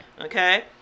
Okay